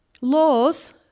Laws